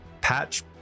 patch